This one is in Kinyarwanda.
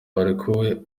barekuwe